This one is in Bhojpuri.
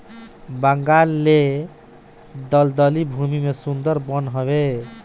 बंगाल ले दलदली भूमि में सुंदर वन हवे